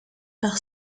par